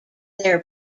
their